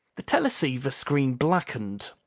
the teleceiver screen blackened.